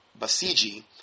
Basiji